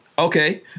Okay